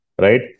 right